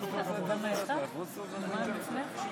נפלה בחלקי לברך אותך.